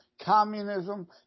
communism